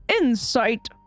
Insight